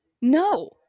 No